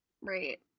right